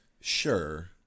Sure